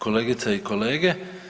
Kolegice i kolege.